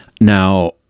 Now